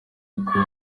guhugura